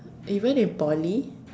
even in Poly